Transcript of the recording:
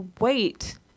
wait